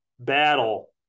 Battle